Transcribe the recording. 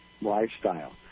lifestyle